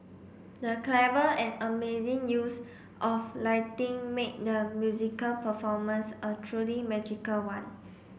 the clever and amazing use of lighting made the musical performance a truly magical one